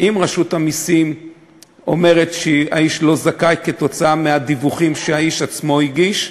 אם רשות המסים אומרת שהאיש לא זכאי כתוצאה מהדיווחים שהאיש עצמו הגיש,